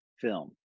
film